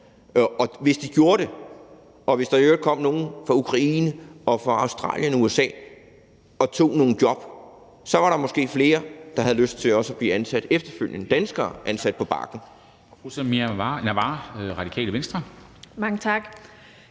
Og hvis de gjorde det, og hvis der i øvrigt kom nogen fra Ukraine og Australien og USA og tog nogle jobs, var der måske flere, der havde lyst til at blive ansat efterfølgende, danskere, på Bakken.